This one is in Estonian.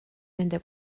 nende